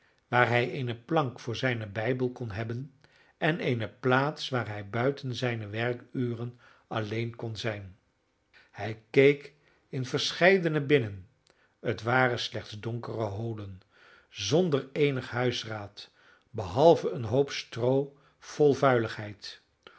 waar hij eene plank voor zijnen bijbel kon hebben en eene plaats waar hij buiten zijne werkuren alleen kon zijn hij keek in verscheidene binnen het waren slechts donkere holen zonder eenig huisraad behalve een hoop stroo vol vuiligheid